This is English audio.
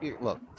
look